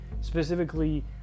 Specifically